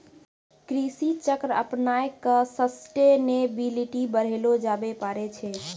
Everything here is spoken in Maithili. कृषि चक्र अपनाय क सस्टेनेबिलिटी बढ़ैलो जाबे पारै छै